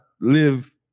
live